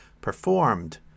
performed